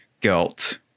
guilt